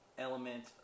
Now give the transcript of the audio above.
element